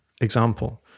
example